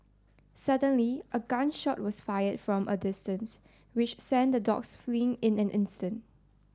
suddenly a gun shot was fired from a distance which sent the dogs fleeing in an instant